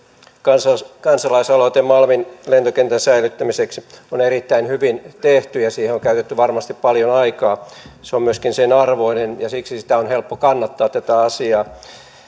kansalais aloite malmin lentokentän säilyttämiseksi on erittäin hyvin tehty ja siihen on käytetty varmasti paljon aikaa se on myöskin sen arvoinen ja siksi on helppo kannattaa tätä asiaa kun puhutaan